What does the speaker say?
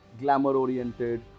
glamour-oriented